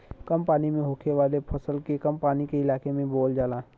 कम पानी में होखे वाला फसल के कम पानी के इलाके में बोवल जाला